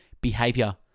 behavior